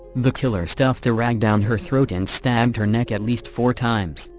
the killer stuffed a rag down her throat and stabbed her neck at least four times,